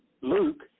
Luke